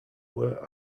were